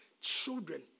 children